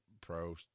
pro